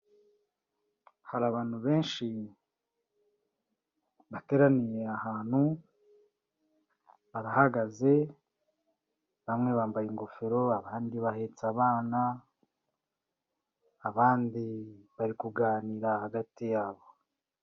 Hari abantu benshi bateraniye ahantu, barahagaze, bamwe bambaye ingofero, abandi bahetse abana, abandi bari kuganira hagati yabo.